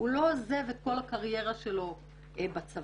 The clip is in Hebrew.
הוא לא עוזב את כל הקרירה שלו בצבא,